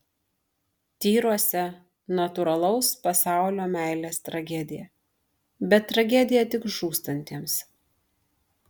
tyruose natūralaus pasaulio meilės tragedija bet tragedija tik žūstantiems